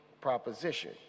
proposition